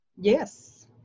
Yes